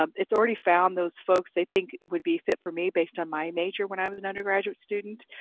um it's already found those folks they think would be fit for me based on my major when i was an undergraduate student,